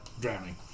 drowning